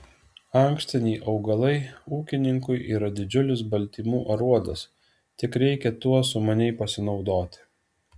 ankštiniai augalai ūkininkui yra didžiulis baltymų aruodas tik reikia tuo sumaniai pasinaudoti